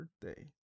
birthday